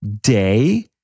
day